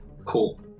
Cool